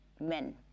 men